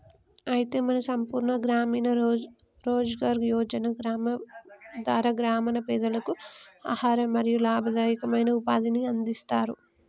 అయితే మన సంపూర్ణ గ్రామీణ రోజ్గార్ యోజన ధార గ్రామీణ పెదలకు ఆహారం మరియు లాభదాయకమైన ఉపాధిని అందిస్తారు